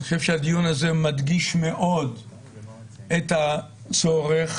אני חושב שהדיון הזה מדגיש מאוד את הצורך